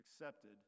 accepted